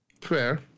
Fair